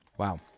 Wow